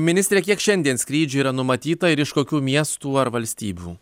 ministre kiek šiandien skrydžių yra numatyta ir iš kokių miestų ar valstybių